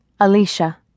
Alicia